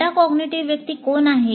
metacognitive व्यक्ती कोण आहे